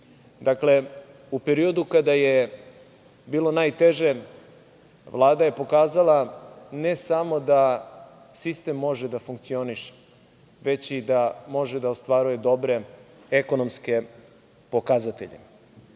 u periodu kada je bilo najteže, Vlada je pokazala ne samo da sistem može da funkcioniše, već i da može da ostvaruje dobre ekonomske pokazatelje. Takođe,